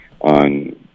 on